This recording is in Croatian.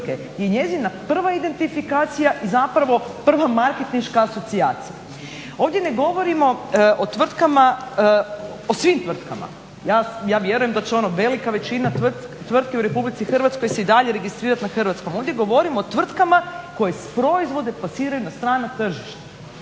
je njezina prva identifikacija i zapravo prva marketinška asocijacija. Ovdje ne govorimo o svim tvrtkama. Ja vjerujem da će ono velika većina tvrtki u RH se i dalje registrirati na hrvatskom. Ovdje govorimo o tvrtkama koje proizvode plasiraju na strano tržište